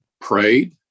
prayed